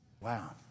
Wow